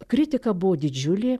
kritika buvo didžiulė